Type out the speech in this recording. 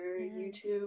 YouTube